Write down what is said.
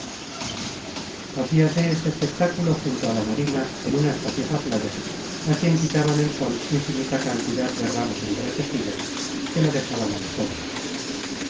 tierra hacíase este espectáculo junto a la marina en una espaciosa playa á quien quitaban el sol infinita cantidad de ramos entretejidos que la dejaban á la sombra